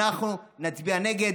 אנחנו נצביע נגד,